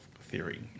theory